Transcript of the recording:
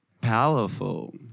powerful